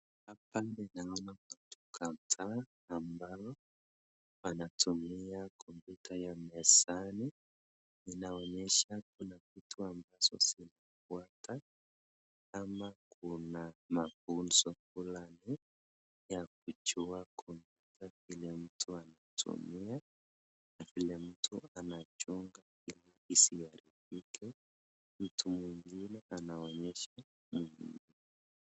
Hapa ninaona watu kadhaa ambao wanatumia kompyuta ya mezani. Inaonyesha kuna kitu ambacho wanatafuta ama kuna mafunzo fulani ya kujua kompyuta vile mtu anatumia na vile mtu anaichunga ili isiharibike. Mtu mwingine anaonyesha mwingine.